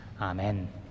Amen